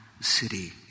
city